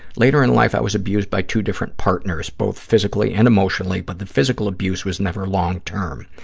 later in life, i was abused by two different partners, both physically and emotionally, but the physical abuse was never long term.